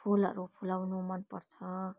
फुलहरू फुलाउनु मन पर्छ